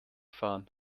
fahren